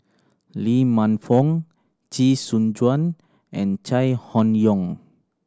Lee Man Fong Chee Soon Juan and Chai Hon Yoong